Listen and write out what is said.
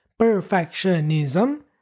perfectionism